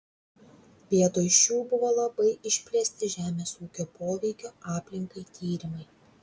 vietoj šių buvo labai išplėsti žemės ūkio poveikio aplinkai tyrimai